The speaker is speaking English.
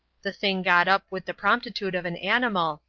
the thing got up with the promptitude of an animal,